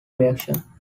reaction